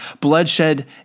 bloodshed